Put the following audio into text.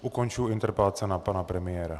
Končím interpelace na pana premiéra.